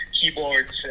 keyboards